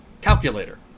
calculator